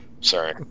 sorry